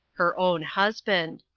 her own husband.